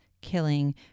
killing